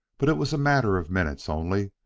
but it was a matter of minutes, only,